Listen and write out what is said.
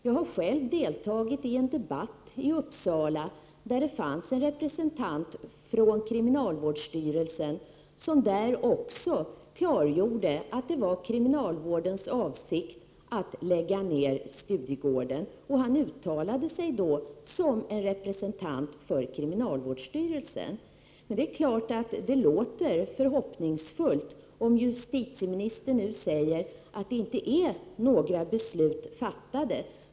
Jag har själv deltagit i en debatt i Uppsala, där det fanns en representant för kriminalvårdsstyrelsen som också klargjorde att det var kriminalvårdens avsikt att lägga ned Studiegården. Han uttalade sig alltså då som en representant för kriminalvårdsstyrelsen. Men det är klart att det låter förhoppningsfullt när justitieministern nu säger att några beslut inte har fattats.